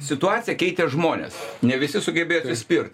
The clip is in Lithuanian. situaciją keitė žmonės ne visi sugebėti atsispirt